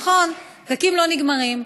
נכון, פקקים לא נגמרים.